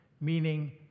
meaning